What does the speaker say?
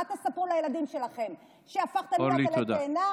מה תספרו לילדים שלכם, שהפכתם להיות עלה תאנה?